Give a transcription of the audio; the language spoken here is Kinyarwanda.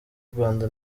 rwanda